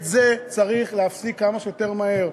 את זה צריך להפסיק כמה שיותר מהר.